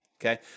okay